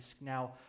now